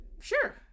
Sure